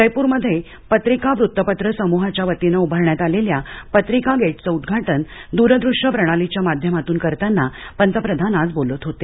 जयपूरमध्ये पत्रिका वृत्तपत्र समूहाच्या वतीनं उभारण्यात आलेल्या पत्रिका गेटचं उद्घाटन दूरदृष्य प्रणालीच्या माध्यमातून करताना पंतप्रधान आज बोलत होते